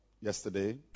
yesterday